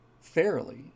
fairly